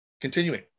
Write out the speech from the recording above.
Continuing